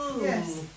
Yes